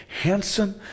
handsome